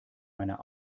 meiner